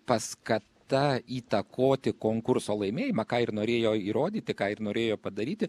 paskata įtakoti konkurso laimėjimą ką ir norėjo įrodyti ką ir norėjo padaryti